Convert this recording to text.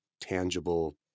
tangible